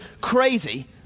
crazy